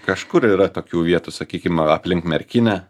kažkur yra tokių vietų sakykim aplink merkinę